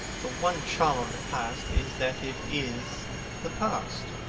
the one charm of the past is that it is the past.